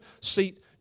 seat